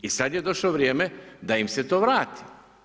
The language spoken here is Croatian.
I sad je došlo vrijeme da im se to vrati.